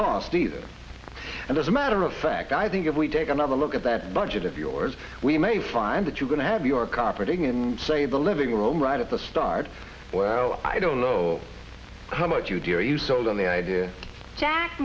cost either and as a matter of fact i think if we take another look at that budget of yours we may find that you're going to have your carpeting in say the living room right at the start well i don't know how much you dear you sold on the idea jack